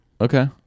Okay